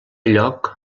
lloc